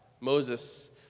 Moses